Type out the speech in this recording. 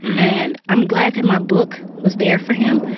and i'm glad that my book was there for him,